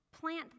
plant